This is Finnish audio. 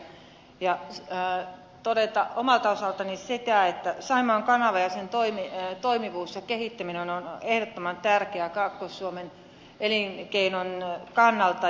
lahtelan tuomia ajatuksia ja todeta omalta osaltani sen että saimaan kanava ja sen toimivuus ja kehittäminen on ehdottoman tärkeää kaakkois suomen elinkeinon kannalta